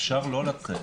אפשר לא לצאת,